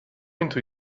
into